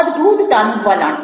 અદ્ભૂતતાનું વલણ